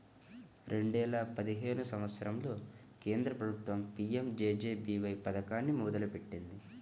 రెండేల పదిహేను సంవత్సరంలో కేంద్ర ప్రభుత్వం పీ.యం.జే.జే.బీ.వై పథకాన్ని మొదలుపెట్టింది